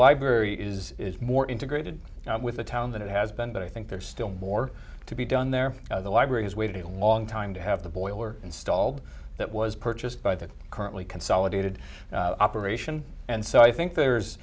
library is more integrated with the town than it has been but i think there's still more to be done there the library has waited a long time to have the boiler installed that was purchased by the currently consolidated operation and so i think there's